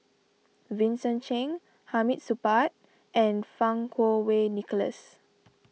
Vincent Cheng Hamid Supaat and Fang Kuo Wei Nicholas